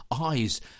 eyes